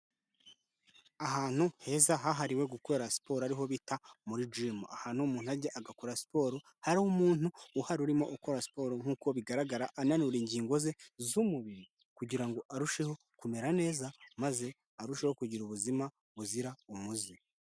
Ahantu heza hahariwe gukorera siporo, ariho bita muri gimu, ahantu umuntu ajya agakora siporo, hari umuntu uhari urimo ukora siporo, nkuko bigaragara ananura ingingo ze z'umubiri kugira ngo arusheho kumera neza, maze arusheho kugira ubuzima buzira umuze.